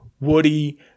woody